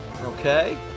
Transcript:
Okay